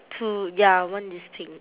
two ya one is pink